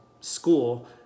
school